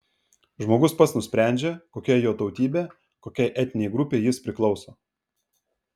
žmogus pats nusprendžia kokia jo tautybė kokiai etninei grupei jis priklauso